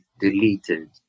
deleted